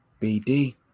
BD